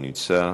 לא נמצא,